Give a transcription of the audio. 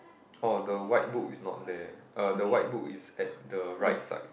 orh the white book is not there uh the white book is at the right side